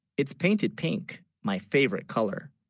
it's painted pink, my favorite color